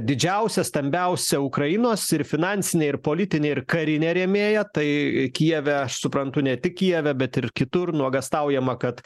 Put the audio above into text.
didžiausia stambiausia ukrainos ir finansinė ir politinė ir karinė rėmėja tai kijeve suprantu ne tik kijeve bet ir kitur nuogąstaujama kad